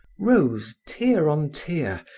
rose tier on tier,